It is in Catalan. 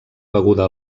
beguda